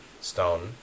stone